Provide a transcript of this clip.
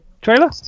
trailer